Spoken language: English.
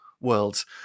worlds